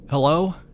Hello